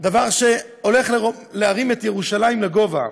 דבר שהולך להרים את ירושלים לגובה.